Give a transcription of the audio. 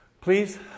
Please